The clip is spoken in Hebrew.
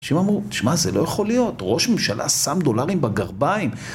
אנשים אמרו, תשמע זה לא יכול להיות, ראש ממשלה שם דולרים בגרביים